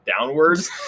downwards